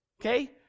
okay